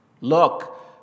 Look